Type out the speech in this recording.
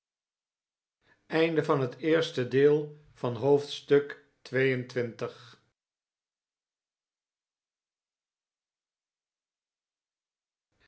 oosten van het westen van het